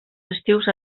estius